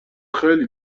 خیلی